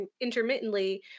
intermittently